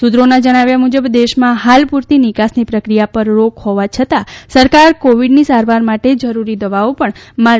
સૂત્રોના જણાવ્યા મુજબ દેશમાં હાલ પૂરતી નિકાસની પ્રક્રિયા પર રોક હોવા છતાં સરકાર કોવીડની સારવાર માટે જરૂરી દવાઓ પણ માલદીવ મોકલશે